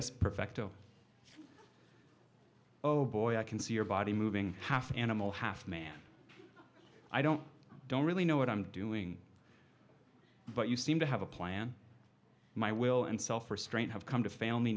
baby oh boy i can see your body moving half animal half man i don't don't really know what i'm doing but you seem to have a plan my will and self restraint have come to fail me